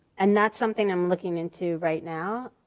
and that's something i'm looking into right now.